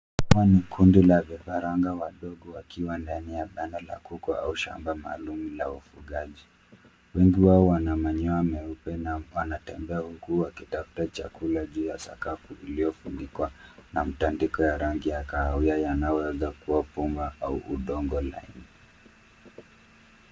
Hawa ni kundi la vifaranga wadogo wakiwa ndani la panda la kuku au shamba maalum la ufugaji, wengi wao wana manyoa meupe na wanatembea huku wakitafuta chakula juu ya sakafu iliyofunikwa na mtandiko ya rangi ya kahawia yanaoweza kuwa unga au udongo laini.